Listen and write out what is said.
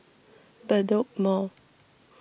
Bedok Mall